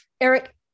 Eric